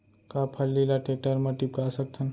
का फल्ली ल टेकटर म टिपका सकथन?